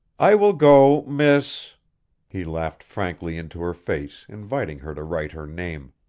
i will go, miss he laughed frankly into her face, inviting her to write her name.